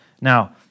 Now